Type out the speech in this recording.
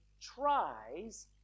tries